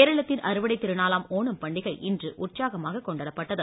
கேரளத்தின் அறுவடை திருநாளாம் ஓணம் பண்டிகை இன்று உற்சாகமாக கொண்டாடப்பட்டது